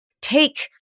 Take